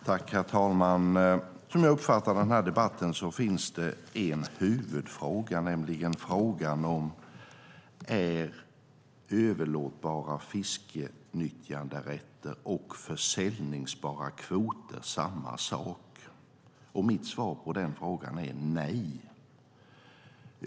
Herr talman! Som jag uppfattar debatten finns det en huvudfråga, nämligen frågan om huruvida överlåtbara fiskenyttjanderätter och säljbara kvoter är samma sak. Mitt svar på frågan är nej.